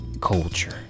culture